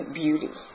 beauty